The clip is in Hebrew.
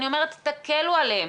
אני אומרת תקלו עליהם.